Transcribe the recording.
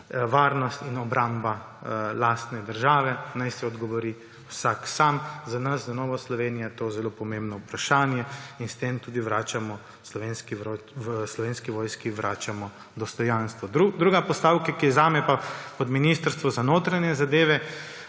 varnost in obramba lastne države, naj si to odgovori vsak sam. Za nas, za novo Slovenijo je to zelo pomembno vprašanje in s tem tudi Slovenski vojski vračamo dostojanstvo. Druga postavka, Ministrstvo za notranje zadeve,